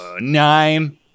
Nine